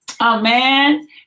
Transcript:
Amen